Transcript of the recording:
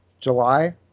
July